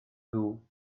nhw